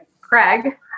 Craig